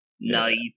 Nice